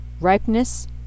Ripeness